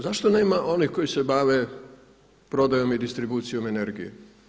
Zašto nema onih koji se bave prodajom i distribucijom energije?